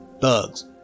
thugs